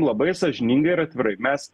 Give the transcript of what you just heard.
labai sąžiningai ir atvirai mes